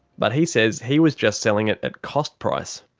but he says he was just selling it at cost price.